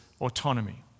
autonomy